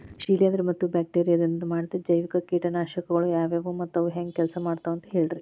ಶಿಲೇಂಧ್ರ ಮತ್ತ ಬ್ಯಾಕ್ಟೇರಿಯದಿಂದ ಮಾಡಿದ ಜೈವಿಕ ಕೇಟನಾಶಕಗೊಳ ಯಾವ್ಯಾವು ಮತ್ತ ಅವು ಹೆಂಗ್ ಕೆಲ್ಸ ಮಾಡ್ತಾವ ಅಂತ ಹೇಳ್ರಿ?